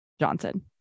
johnson